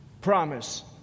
promise